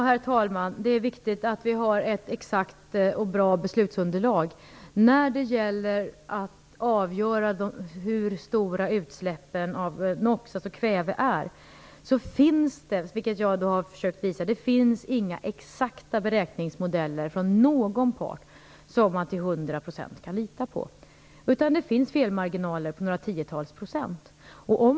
Herr talman! Ja, det är viktigt att vi har ett exakt och bra beslutsunderlag. När det gäller att avgöra hur stora utsläppen av NOX, dv.s. kväve, är finns det - vilket jag har försökt visa - inga exakta beräkningsmodeller från någon part som man till 100 % kan lita på. Det finns felmarginaler på några tiotals procent.